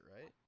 right